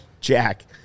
Jack